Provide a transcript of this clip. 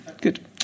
good